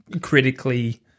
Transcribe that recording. critically